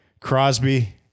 Crosby